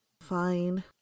Fine